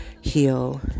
heal